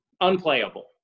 unplayable